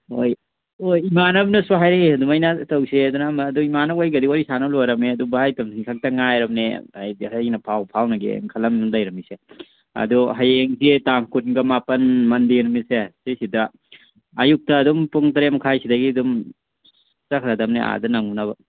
ꯍꯣꯏ ꯍꯣꯏ ꯏꯃꯥꯟꯅꯕꯅꯁꯨ ꯍꯥꯏꯔꯦ ꯑꯗꯨꯃꯥꯏꯅ ꯇꯧꯁꯦꯍꯥꯏꯗꯅ ꯑꯃ ꯑꯗꯨ ꯏꯃꯥꯟꯅꯕꯈꯩꯒꯗꯤ ꯋꯥꯔꯤ ꯁꯥꯟꯅꯕ ꯂꯣꯏꯔꯕꯅꯦ ꯑꯗꯨ ꯚꯥꯏ ꯇꯣꯝꯊꯤꯟ ꯈꯛꯇ ꯉꯥꯏꯔꯕꯅꯦ ꯑꯩꯗꯤ ꯑꯩꯅ ꯄꯥꯎ ꯐꯥꯎꯅꯒꯦꯅ ꯈꯟꯂꯝꯅ ꯂꯩꯔꯝꯃꯤꯁꯦ ꯑꯗꯨ ꯍꯌꯦꯡꯁꯤ ꯇꯥꯡ ꯀꯨꯟꯒ ꯃꯥꯄꯜ ꯃꯟꯗꯦ ꯅꯨꯃꯤꯠꯁꯦ ꯁꯤꯁꯤꯗ ꯑꯌꯨꯛꯇ ꯑꯗꯨꯝ ꯄꯨꯡ ꯇꯔꯦꯠ ꯃꯈꯥꯏ ꯁꯤꯗꯒꯤ ꯑꯗꯨꯝ ꯆꯠꯈ꯭ꯔꯗꯕꯅꯦ ꯑꯥꯗ ꯅꯪꯉꯨꯅꯕ